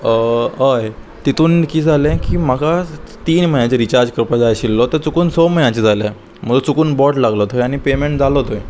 हय तितून किदें जालें की म्हाका तीन म्हयन्याचे रिचार्ज करपा जाय आशिल्लो तें चुकून स म्हयन्याचें जालो म्हजो चुकून बोट लागलो थंय आनी पेमेंट जालो थंय